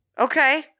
Okay